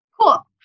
cool